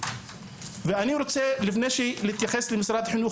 ולפני שמשרד החינוך יתייחס,